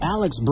Alex